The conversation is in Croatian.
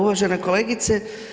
Uvažena kolegice.